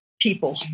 people